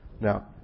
Now